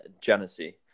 Genesee